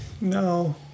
no